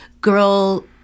girl